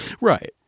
Right